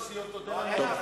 לא, תודה על הזמן.